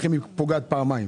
בכם היא פוגעת פעמיים.